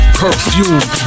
perfume